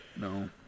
No